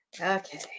Okay